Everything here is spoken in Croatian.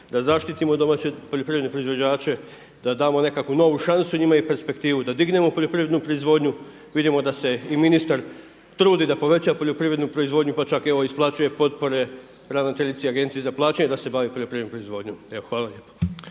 da zaštitimo domaće poljoprivredne proizvođače, da damo nekakvu novu šansu njima i perspektivu, da dignemo poljoprivrednu proizvodnju. Vidimo da se i ministar trudi da poveća poljoprivrednu proizvodnju, pa čak evo isplaćuje potpore ravnateljici Agencije za plaćanje da se bavi poljoprivrednom proizvodnjom. Evo hvala lijepo.